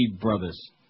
brothers